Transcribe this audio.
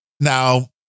now